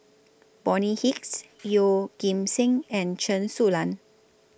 Bonny Hicks Yeoh Ghim Seng and Chen Su Lan